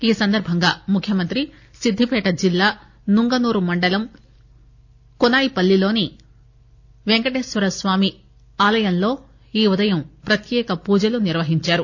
ఈ సందర్బంగా ముఖ్యమంత్రి సిద్దిపేట జిల్లా నుంగనూర్ మండలం కొనాయిపల్లిలోని వెంకటేశ్వరస్వామి ఆలయంలో ఈ ఉదయం ప్రత్యేక పూజలు నిర్వహించారు